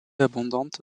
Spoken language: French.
abondante